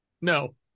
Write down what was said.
No